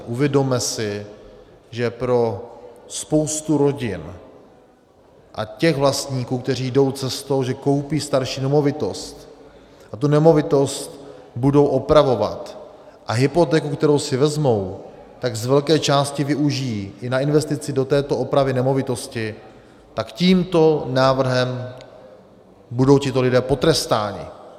Uvědomme si, že pro spoustu rodin a těch vlastníků, kteří jdou cestou, že koupí starší nemovitost a tu nemovitost budou opravovat a hypotéku, kterou si vezmou, z velké části využijí i na investici do této opravy nemovitosti, tak tímto návrhem budou tito lidé potrestáni.